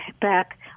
back